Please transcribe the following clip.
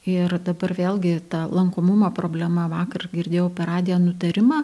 ir dabar vėlgi ta lankomumo problema vakar girdėjau per radiją nutarimą